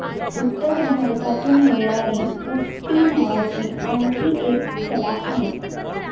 उत्तर भारतातून येणारी कुष्टी नावाची आणखी एक कला आहे